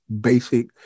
basic